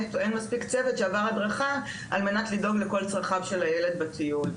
או אין מספיק צוות שעבר הדרכה על מנת לדאוג לכל צרכיו של הילד בטיול,